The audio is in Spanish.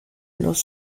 los